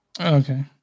Okay